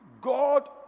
God